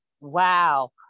wow